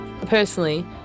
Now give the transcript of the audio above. Personally